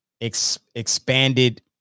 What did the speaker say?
expanded